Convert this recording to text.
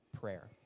prayer